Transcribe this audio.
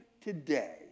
today